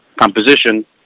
composition